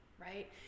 right